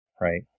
right